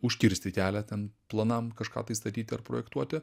užkirsti kelią ten planam kažką tai statyti ar projektuoti